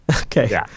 Okay